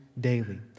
daily